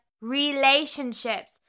relationships